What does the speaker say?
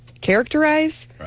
characterize